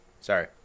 sorry